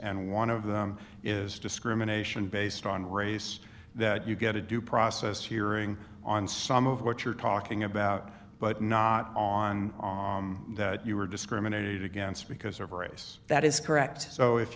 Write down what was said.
and one of them is discrimination based on race that you get a due process hearing on some of what you're talking about but not on that you were discriminated against because of race that is correct so if